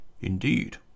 indeed